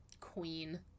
queen